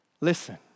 Listen